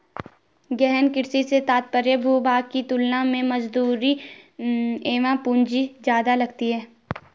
गहन कृषि से तात्पर्य भूभाग की तुलना में मजदूरी एवं पूंजी ज्यादा लगती है